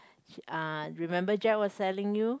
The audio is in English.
uh remember Jack was telling you